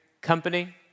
Company